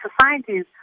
societies